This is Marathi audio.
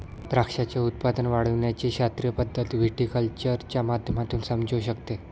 द्राक्षाचे उत्पादन वाढविण्याची शास्त्रीय पद्धत व्हिटीकल्चरच्या माध्यमातून समजू शकते